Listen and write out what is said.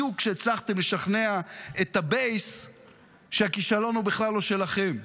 בדיוק כשהתחלתם לשכנע את הבייס שהכישלון הוא בכלל לא שלכם.